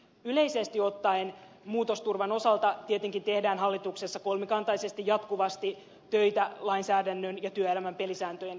yleisesti ottaen muutosturvan osalta tietenkin tehdään hallituksessa kolmikantaisesti jatkuvasti töitä lainsäädännön ja työelämän pelisääntöjen kehittämiseksi